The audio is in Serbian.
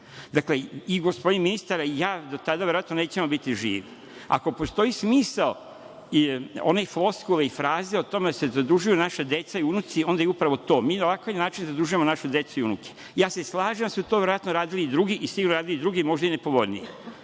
Dakle, i gospodin ministar i ja do tada verovatno nećemo biti živi. Ako postoji smisao i one floskule i fraze o tome da se zadužuju naša deca i unuci, onda je upravo to. Mi na ovakav način zadužujemo našu decu i unuke. Ja se slažem da su to verovatno radili drugi, možda i nepovoljnije.